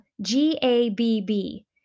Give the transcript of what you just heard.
G-A-B-B